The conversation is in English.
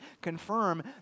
confirm